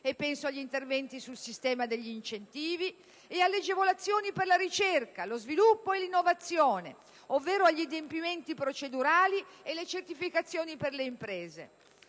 Penso agli interventi sul sistema degli incentivi e alle agevolazioni per la ricerca, lo sviluppo e l'innovazione, ovvero agli adempimenti procedurali e alle certificazioni per le imprese;